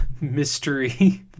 mystery